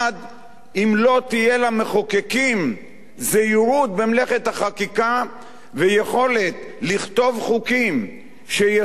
אם לא תהיה למחוקקים זהירות במלאכת החקיקה ויכולת לכתוב חוקים שישפיעו,